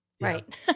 right